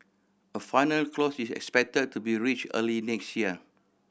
a final closes is expect to be reach early next year